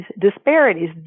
disparities